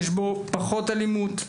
יש בו פחות אלימות.